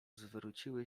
zwróciły